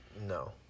No